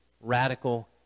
radical